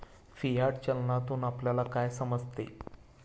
Fiat चलनातून आपल्याला काय समजते?